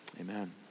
Amen